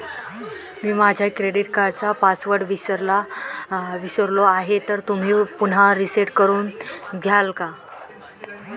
मी माझा क्रेडिट कार्डचा पासवर्ड विसरलो आहे तर तुम्ही तो पुन्हा रीसेट करून द्याल का?